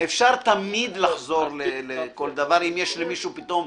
--- אפשר תמיד לחזור לכל דבר אם יש למישהו פתאום,